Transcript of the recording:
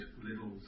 little